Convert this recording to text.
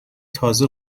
تازه